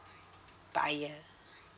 buyer